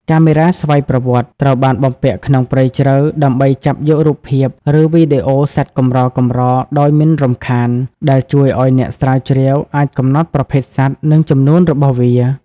កាមេរ៉ាស្វ័យប្រវត្តិ ត្រូវបានបំពាក់ក្នុងព្រៃជ្រៅ ដើម្បីចាប់យករូបភាព ឬវីដេអូសត្វកម្រៗដោយមិនរំខាន ដែលជួយឲ្យអ្នកស្រាវជ្រាវអាចកំណត់ប្រភេទសត្វ និងចំនួនរបស់វា។